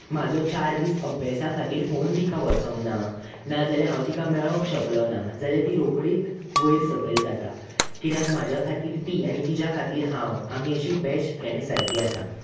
म्हाजो चार दीस अभ्यासा खातीर फॉन तिका वचोंग ना नाजाल्यार हांव तिका मेळोंक शकलो ना जाल्यार ती रोखडीच वयर सकयल जाता कित्याक म्हाज्या खातीर ती आनी तिच्या खातीर हांव आमी अशे बेस्ट फ्रेण्ड सारकीं आसात